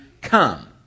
come